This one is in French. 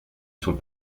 sont